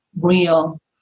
real